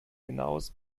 genaues